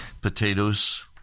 Potatoes